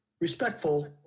respectful